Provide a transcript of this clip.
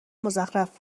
مزخرف